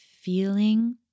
feeling